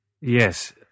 Yes